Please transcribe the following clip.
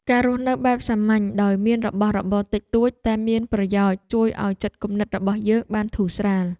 ការរស់នៅបែបសាមញ្ញដោយមានរបស់របរតិចតួចតែមានប្រយោជន៍ជួយឱ្យចិត្តគំនិតរបស់យើងបានធូរស្រាល។